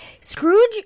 Scrooge